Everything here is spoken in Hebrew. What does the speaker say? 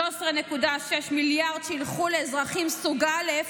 13.6 מיליארד שילכו לאזרחים סוג א',